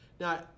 Now